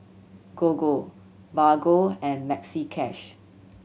Gogo Bargo and Maxi Cash